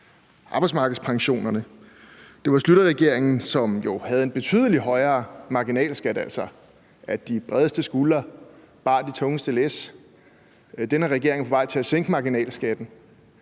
arbejdsmarkedspensionerne; det var Schlüterregeringen, som havde en betydelig højere marginalskat, altså at de bredeste skuldre bar de tungeste læs. Den her regering er på vej til at sænke marginalskatten.